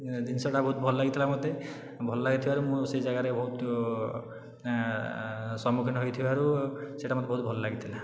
ଜିନିଷଟା ବହୁତ ଭଲ ଲାଗିଥିଲା ମୋତେ ଭଲ ଲାଗିଥିବାରୁ ମୁଁ ସେ ଜାଗାରେ ବହୁତ ସମ୍ମୁଖୀନ ହୋଇଥିବାରୁ ସେଇଟା ମୋତେ ବହୁତ ଭଲ ଲାଗିଥିଲା